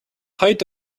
height